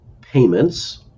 payments